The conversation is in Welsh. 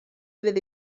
fydd